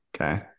okay